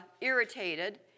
irritated